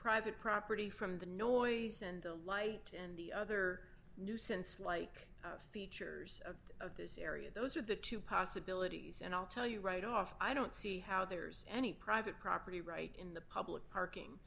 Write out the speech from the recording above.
private property from the noise and the light and the other nuisance like features of this area those are the two possibilities and i'll tell you right off i don't see how there's any private property right in the public parking